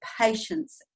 patience